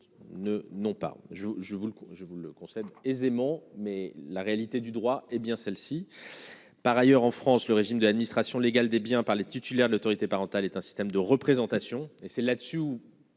coup, je vous le concède aisément, mais la réalité du droit, hé bien celle-ci. Par ailleurs, en France, le régime de l'administration légale des biens par les titulaires de l'autorité parentale est un système de représentation et c'est là dessus